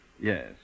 Yes